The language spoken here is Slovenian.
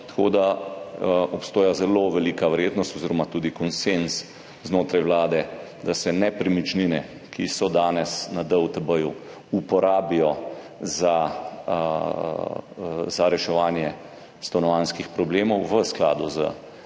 tako da obstaja zelo velika verjetnost oziroma tudi konsenz znotraj vlade, da se nepremičnine, ki so danes na DUTB, uporabijo za reševanje stanovanjskih problemov v skladu s